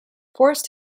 forest